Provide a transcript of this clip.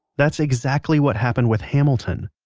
that's exactly what happened with hamilton.